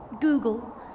Google